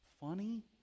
Funny